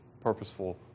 purposeful